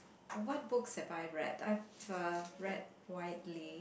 what books have I read I have uh read widely